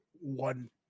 one